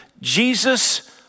Jesus